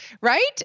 right